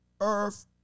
earth